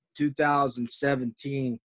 2017